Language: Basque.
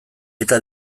eta